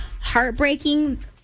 heartbreaking